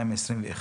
ב-2021?